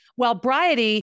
wellbriety